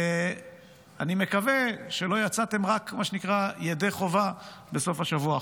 אני מקווה שלא רק יצאתם ידי חובה בסוף השבוע האחרון.